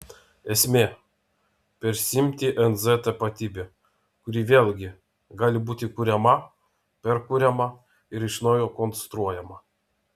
esmė persiimti nz tapatybe kuri vėlgi gali būti kuriama perkuriama ir iš naujo konstruojama